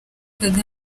perezida